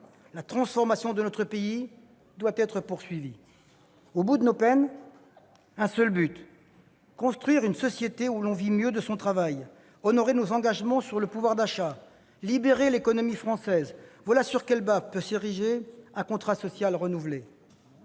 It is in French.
La transformation de notre pays doit être poursuivie. Au bout de nos peines, un seul but : construire une société où l'on vit mieux de son travail, honorer nos engagements sur le pouvoir d'achat, libérer l'économie française. Voilà sur quelles bases peut s'ériger un contrat social renouvelé.